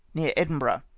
near edinburgh,